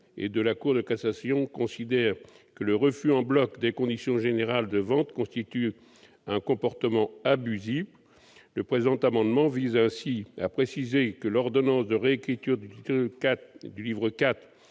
et la Cour de cassation considèrent que le refus en bloc des conditions générales de vente constitue un comportement abusif. Le présent amendement vise ainsi à préciser que l'ordonnance de réécriture du titre